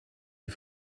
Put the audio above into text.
die